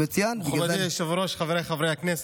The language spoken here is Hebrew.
מכובדי היושב-ראש, חבריי חברי הכנסת,